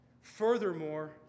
Furthermore